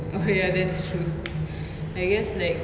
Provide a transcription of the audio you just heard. oh ya that's true I guess like